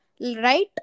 Right